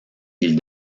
ils